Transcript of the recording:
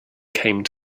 came